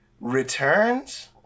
returns